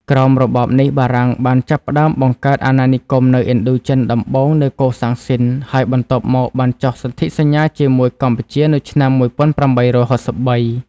ក្រោមរបបនេះ បារាំងបានចាប់ផ្តើមបង្កើតអាណានិគមនៅឥណ្ឌូចិន ដំបូងនៅកូសាំងស៊ីន ហើយបន្ទាប់មកបានចុះសន្ធិសញ្ញាជាមួយកម្ពុជានៅឆ្នាំ ១៨៦៣។